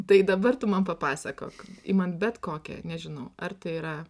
tai dabar tu man papasakok imant bet kokią nežinau ar tai yra